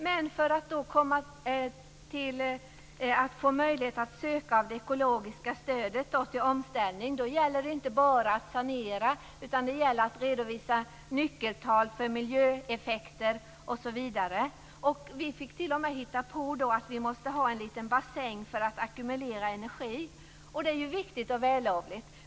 Men för att få möjlighet att söka stöd till ekologisk omställning gäller det inte enbart att sanera utan att kunna redovisa nyckeltal för miljöeffekter osv. Vi fick t.o.m. hitta på att vi måste ha en bassäng för att ackumulera energi. Det är viktigt och vällovligt.